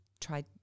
tried